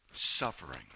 Suffering